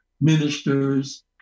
ministers